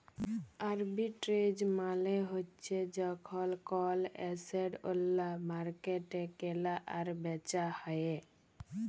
arbitrage মালে হ্যচ্যে যখল কল এসেট ওল্য মার্কেটে কেলা আর বেচা হ্যয়ে